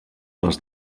les